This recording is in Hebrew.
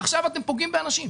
עכשיו אתם פוגעים באנשים.